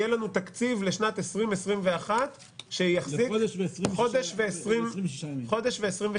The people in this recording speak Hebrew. יהיה לנו תקציב לשנת 2021 שיחזיק חודש ו-26 יום.